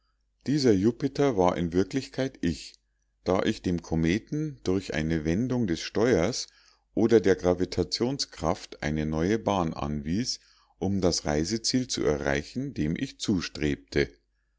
dieser jupiter war in wirklichkeit ich da ich dem kometen durch eine wendung des steuers oder der gravitationskraft eine neue bahn anwies um das reiseziel zu erreichen dem ich zustrebte